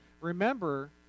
Remember